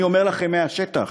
אני אומר לכם מהשטח,